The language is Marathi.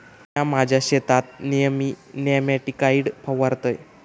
म्या माझ्या शेतात नेयमी नेमॅटिकाइड फवारतय